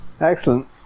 Excellent